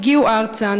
הגיעו ארצה,